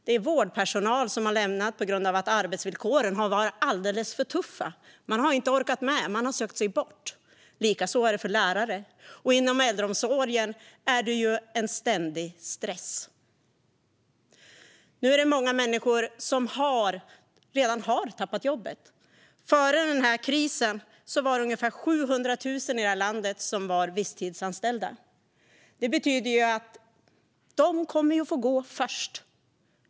Det är vårdpersonal som har lämnat sina jobb på grund av att arbetsvillkoren har varit alldeles för tuffa. Man har inte orkat med, utan man har sökt sig bort. På samma sätt är det för lärare. Och inom äldreomsorgen är det en ständig stress. Nu är det många människor som redan har förlorat jobbet. Före denna kris var det ungefär 700 000 i detta land som var visstidsanställda. Det betyder att de kommer att få gå först.